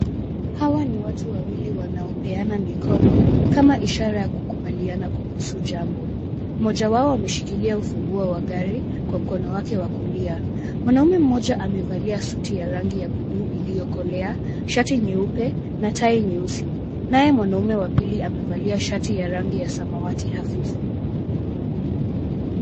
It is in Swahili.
Hawa ni watu wawili wanaopeana mikono kama ishara ya kukubaliana kuhusu jambo. Mmoja wao ameshikilia ufunguo wa gari kwa mkono wake wa kulia. Mwanaume mmoja amevalia suti ya rangi ya buluu iliyokolea, shati nyeupe na tai nyeusi. Naye mwanaume wa pili amevalia shati ya rangi ya samawati hafifu.